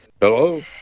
Hello